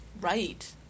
right